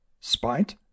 Spite